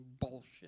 bullshit